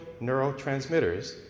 neurotransmitters